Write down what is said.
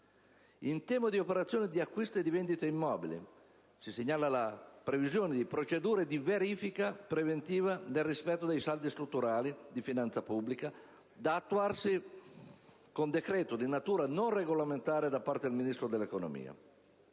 In tema di operazioni di acquisto e vendita di immobili, segnalo la previsione di procedure di verifica preventiva del rispetto dei saldi strutturali di finanza pubblica da attuarsi con decreto di natura non regolamentare del Ministro dell'economia.